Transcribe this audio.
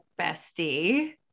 bestie